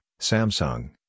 Samsung